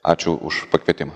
ačiū už pakvietimą